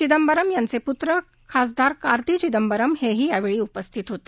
चिदंबरम यांचे पुत्र खासदार कांर्ती चिदंबरम हे ही यावेळी उपस्थित होते